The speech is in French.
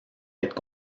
être